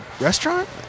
restaurant